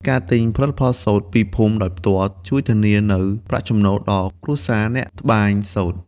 ការទិញផលិតផលសូត្រពីភូមិដោយផ្ទាល់ ជួយធានានូវ ប្រាក់ចំណូល ដល់គ្រួសារអ្នកត្បាញសូត្រ។